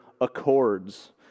accords